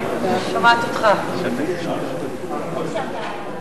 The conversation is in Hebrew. תודה לחברת הכנסת סולודקין.